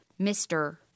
Mr